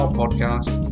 podcast